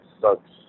Sucks